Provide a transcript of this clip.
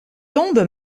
tombe